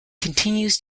continues